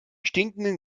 stinkenden